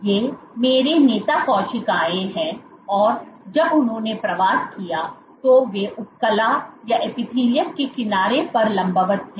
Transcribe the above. ये मेरे नेता कोशिकाएं हैं और जब उन्होंने प्रवास किया तो वे उपकला या एपिथेलियम के किनारे पर लंबवत थे